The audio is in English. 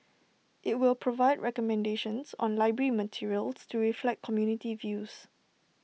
IT will provide recommendations on library materials to reflect community views